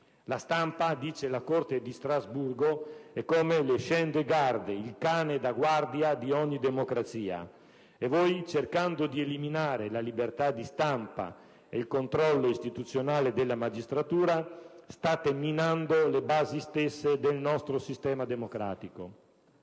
La stampa, dice la Corte di Strasburgo, è come *le chien de garde*, il cane da guardia di ogni democrazia. Voi, cercando di eliminare la libertà di stampa e il controllo istituzionale della magistratura, state minando le basi stesse del nostro sistema democratico.